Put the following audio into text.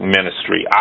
Ministry